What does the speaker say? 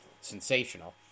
sensational